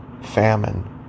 famine